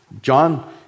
John